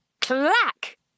Clack